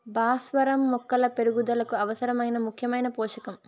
భాస్వరం మొక్కల పెరుగుదలకు అవసరమైన ముఖ్యమైన పోషకం